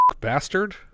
bastard